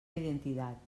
identitat